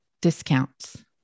discounts